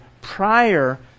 prior